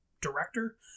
director